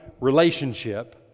relationship